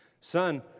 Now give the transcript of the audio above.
son